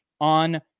on